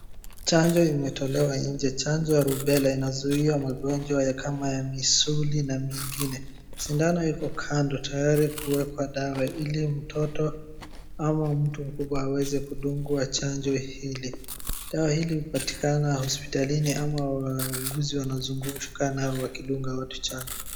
Chanjo imetolewa nje. Chanjo ya rubella, inazuia magonjwa ya kama ya misuli na mingine. Sindano iko kando, tayari kuwekwa dawa, ili mtoto ama mtu mkubwa aweze kudungwa chanjo hili. Dawa hili hupatikana hospitalini ama wauguzi wanazunguka nayo wakidunga watu chanjo.